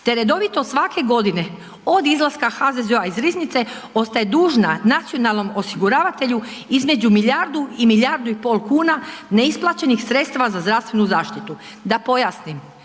te redovito svake godine od izlaska HZZO-a iz riznice ostaje dužna nacionalnom osiguravatelju između milijardu i milijardu i pol kuna neisplaćenih sredstava za zdravstvenu zaštitu. Da pojasnim,